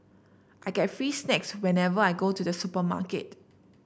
I get free snacks whenever I go to the supermarket